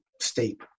state